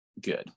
good